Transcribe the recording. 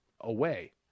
away